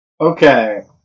Okay